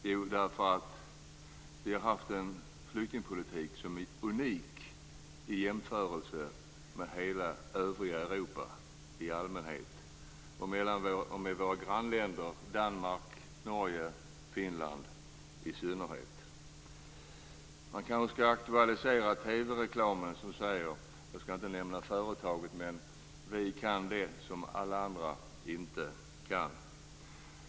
Jo, därför att man har fört en flyktingpolitik som är unik i jämförelse med hela övriga Europa i allmänhet och i synnerhet med våra grannländer Danmark, Norge och Finland. Jag skall aktualisera TV-reklamen. Jag skall inte nämna företaget, men i ett avsnitt sägs: Vi kan det som alla andra inte kan.